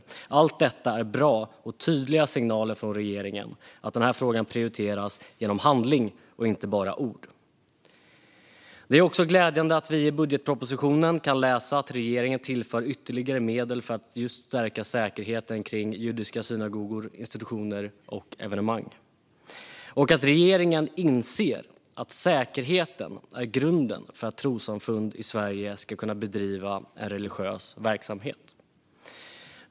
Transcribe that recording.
Allt detta är bra och tydliga signaler från regeringen om att den här frågan prioriteras genom handling och inte bara genom ord. Det är också glädjande att vi i budgetpropositionen kan läsa att regeringen tillför ytterligare medel för att just stärka säkerheten kring judiska synagogor, institutioner och evenemang och att regeringen inser att säkerheten är grunden för att trossamfund i Sverige ska kunna bedriva en religiös verksamhet.